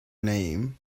name